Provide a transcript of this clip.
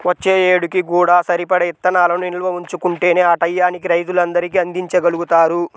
వచ్చే ఏడుకి కూడా సరిపడా ఇత్తనాలను నిల్వ ఉంచుకుంటేనే ఆ టైయ్యానికి రైతులందరికీ అందిచ్చగలుగుతారు